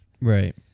Right